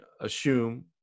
assume